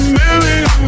million